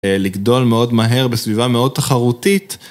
לגדול מאוד מהר בסביבה מאוד תחרותית.